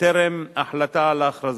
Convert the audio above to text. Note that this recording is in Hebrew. בטרם החלטה על הכרזה.